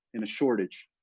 in a shortage.